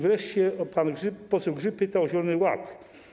Wreszcie pan poseł Grzyb pytał o zielony ład.